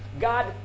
God